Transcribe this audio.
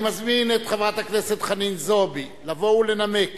אני מזמין את חברת הכנסת חנין זועבי לבוא ולנמק